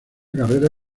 carrera